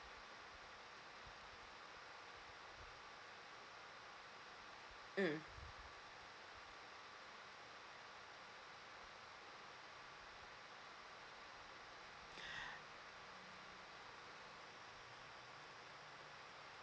mm